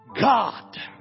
God